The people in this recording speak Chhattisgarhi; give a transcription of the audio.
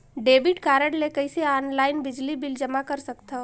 डेबिट कारड ले कइसे ऑनलाइन बिजली बिल जमा कर सकथव?